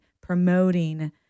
promoting